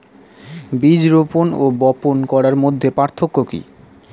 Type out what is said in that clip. বীজ রোপন ও বপন করার মধ্যে পার্থক্য কি?